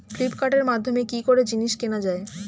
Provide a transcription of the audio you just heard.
ফ্লিপকার্টের মাধ্যমে কি করে জিনিস কেনা যায়?